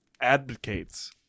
advocates